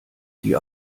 die